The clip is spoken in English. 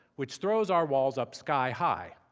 which throws our walls up sky-high.